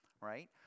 right